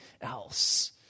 else